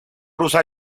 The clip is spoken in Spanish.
rusa